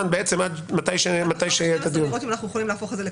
עד מחר ב-12:00 לראות אם אנחנו יכולים להפוך אותה לקבוע.